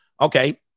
okay